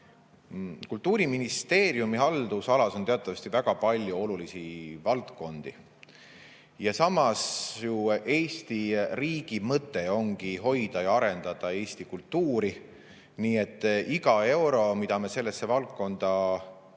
tunneb. Kultuuriministeeriumi haldusalas on teatavasti väga palju olulisi valdkondi. Ja Eesti riigi mõte ju ongi hoida ja arendada eesti kultuuri, nii et iga euro, mida me sellesse valdkonda suuname,